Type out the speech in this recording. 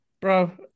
bro